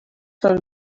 son